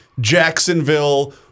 Jacksonville